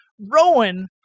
Rowan